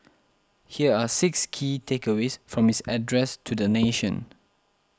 here are six key takeaways from his address to the nation